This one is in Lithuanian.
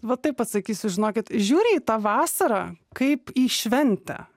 va taip atsakysiu žinokit žiūri į tą vasarą kaip į šventę